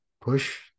push